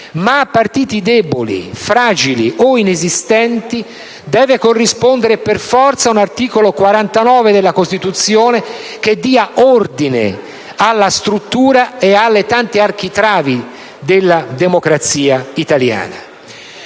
ma a partiti deboli, fragili o inesistenti deve corrispondere per forza un articolo 49 della Costituzione che dia ordine alla struttura e alle tante architravi della democrazia italiana.